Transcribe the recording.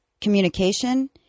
communication